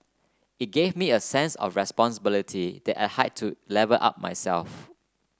it gave me a sense of responsibility that I had to level up myself